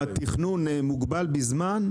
התכנון מוגבל בזמן?